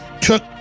took